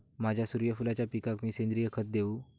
माझ्या सूर्यफुलाच्या पिकाक मी सेंद्रिय खत देवू?